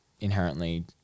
inherently